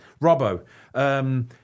Robbo